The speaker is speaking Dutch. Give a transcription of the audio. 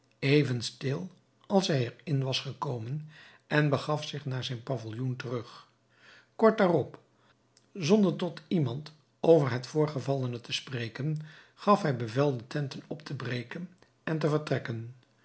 even stil als hij er in was gekomen en begaf zich naar zijn pavilloen terug kort daarop zonder tot iemand over het voorgevallene te spreken gaf hij bevel de tenten op te breken en te vertrekken